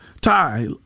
Ty